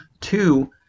Two